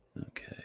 okay